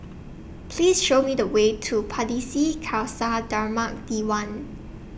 Please Show Me The Way to Pardesi Khalsa Dharmak Diwan